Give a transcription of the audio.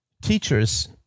Teachers